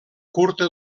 curta